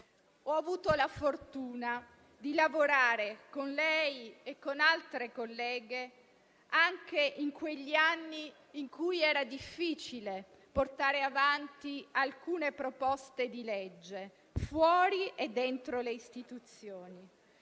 Ho avuto la fortuna di lavorare con lei e con altre colleghe, anche in quegli anni in cui era difficile portare avanti alcune proposte di legge, fuori e dentro le istituzioni.